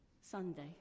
Sunday